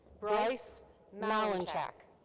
bryce malinchak.